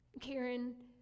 Karen